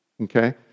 okay